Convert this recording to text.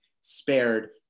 spared